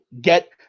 get